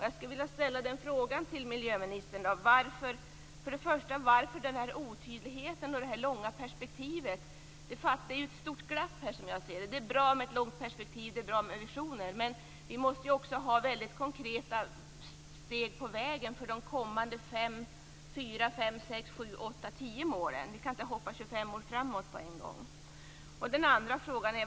Jag vill därför fråga miljöministern: Varför denna otydlighet och detta långa perspektiv? Som jag ser det blir det ett stort glapp här. Det är bra med ett långt perspektiv och visioner. Men vi måste också ha väldigt konkreta steg på vägen för de kommande 4-10 målen. Vi kan inte hoppa 25 år framåt med en gång.